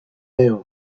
evn